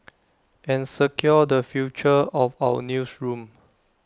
and secure the future of our newsroom